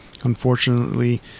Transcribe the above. Unfortunately